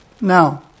Now